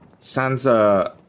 Sansa